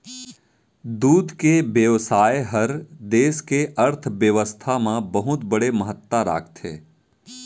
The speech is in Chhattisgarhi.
दूद के बेवसाय हर देस के अर्थबेवस्था म बहुत बड़े महत्ता राखथे